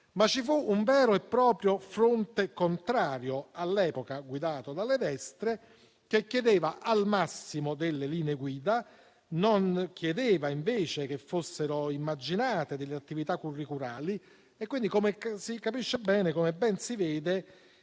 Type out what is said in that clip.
ma ci fu un vero e proprio fronte contrario, all'epoca guidato dalle destre, che chiedeva al massimo delle linee guida. Non chiedeva invece che fossero immaginate delle attività curriculari e quindi - come si capisce bene - il ritardo